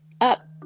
up